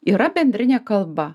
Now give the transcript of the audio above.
yra bendrinė kalba